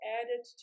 added